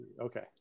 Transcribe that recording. okay